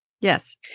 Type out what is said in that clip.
Yes